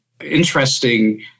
interesting